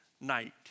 night